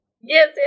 yes